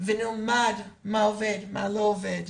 ונלמד מה עובד ומה לא עובד,